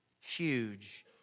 huge